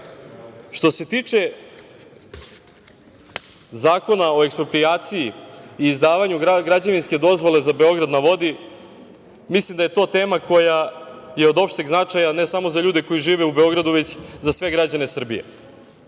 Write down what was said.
se tiče Zakona o eksproprijaciji i izdavanju građevinske dozvole za „Beograd na vodi“, mislim da je to tema koja je od opšteg značaja ne samo za ljude koji žive u Beogradu, već za sve građane Srbije. Neko